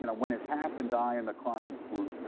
and when it happened, i and the clients were,